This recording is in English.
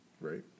right